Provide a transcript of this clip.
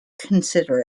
consider